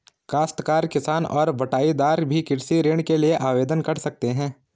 काश्तकार किसान और बटाईदार भी कृषि ऋण के लिए आवेदन कर सकते हैं